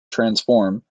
transform